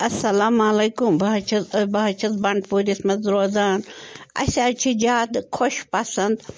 السلامُ علیکُم بہٕ حظ چھَس بہٕ حظ چھَس بَنٛڈپورِس منٛز روزان اَسہِ حظ چھِ زیادٕ خۄش پسنٛد